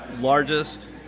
largest